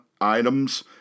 items